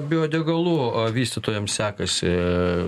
biodegalų o vystytojams sekasi